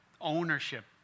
ownership